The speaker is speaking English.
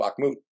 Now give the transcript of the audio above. Bakhmut